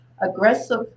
aggressive